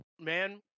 man